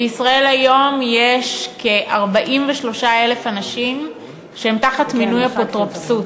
בישראל היום יש כ-43,000 אנשים שהם תחת מינוי אפוטרופסות.